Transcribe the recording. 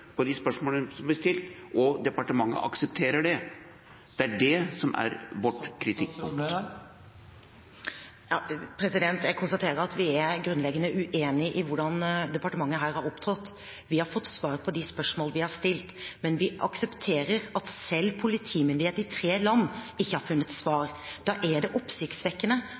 stilt, og departementet aksepterer det. Det er det som er vår kritikk. Jeg konstaterer at vi er grunnleggende uenige om hvordan departementet har opptrådt. Vi har fått svar på de spørsmål vi har stilt, men vi aksepterer at selv politimyndighetene i tre land ikke har funnet svar. Da er det oppsiktsvekkende